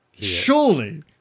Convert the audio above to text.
surely